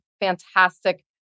fantastic